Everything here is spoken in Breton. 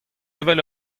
evel